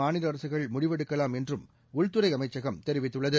மாநில அரசுகள் முடிவெடுக்கலாம் என்றும் உள்துறை அமைச்சகம் தெரிவித்துள்ளது